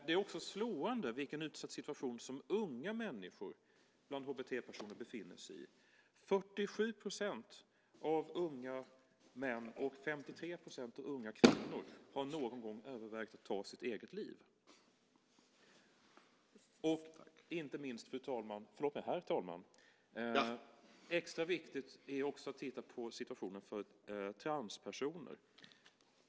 Det är också slående vilken utsatt situation som unga människor bland HBT-personer befinner sig i. 47 % av unga män och 53 % av unga kvinnor har någon gång övervägt att ta sitt eget liv. Inte minst, herr talman, är det extra viktigt att titta på situationen för transpersoner.